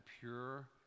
pure